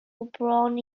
bron